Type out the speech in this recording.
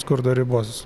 skurdo ribos